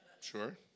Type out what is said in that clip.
sure